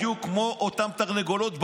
בדיוק כמו אותן תרנגולות בלול.